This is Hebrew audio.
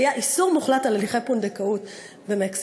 היה איסור מוחלט של הליכי פונדקאות במקסיקו,